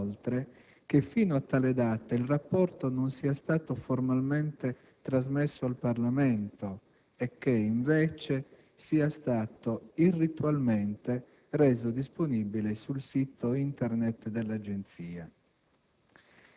inoltre che fino a tale data il rapporto non sia stato formalmente trasmesso al Parlamento e che, invece, sia stato irritualmente reso disponibile sul sito Internet dell'Agenzia.